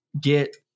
get